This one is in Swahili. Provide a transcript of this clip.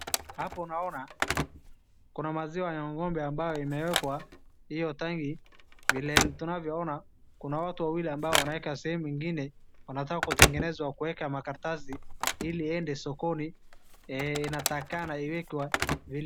Hapo unaona, kuna maziwa na ng'ombe ambayo imwekwa iyo tenki. Vile tunavyoona kuna watu wawili ambao wanaweka sehemu ingine, wanataka kutengeneza kuwekwa makaratasi ili iende sokoni , inatakikana iekwe vile...